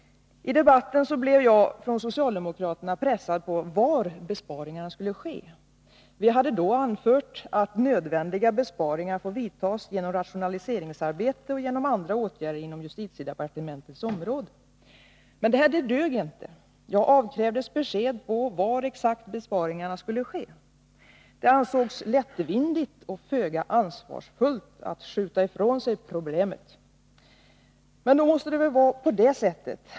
I debatten blev jag av socialdemokraterna pressad i frågan om var besparingarna skulle ske. Vi hade då anfört att nödvändiga besparingar skulle ske genom rationaliseringsarbete och andra åtgärder inom justitiedepartementets område. Men det dög inte, utan jag avkrävdes besked om var exakt besparingarna skulle göras. Det ansågs lättvindigt och föga ansvarsfullt att skjuta ifrån sig problemet.